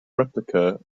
replica